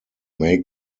may